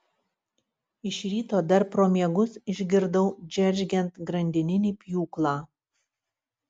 iš ryto dar pro miegus išgirdau džeržgiant grandininį pjūklą